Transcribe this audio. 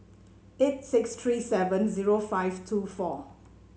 eight six three seven zero five two four